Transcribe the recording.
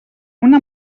una